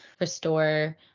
restore